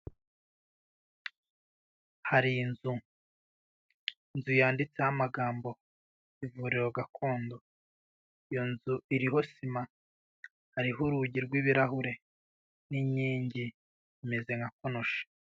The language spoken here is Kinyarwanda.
Hari inzu, inzu yanditseho amagambo, ivuriro gakondo. Iyo nzu iriho sima, hariho urugi rw'ibirahure n'inkingi imeze nka konoshi.